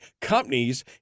companies